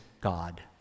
God